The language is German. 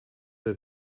der